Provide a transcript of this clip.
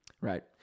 Right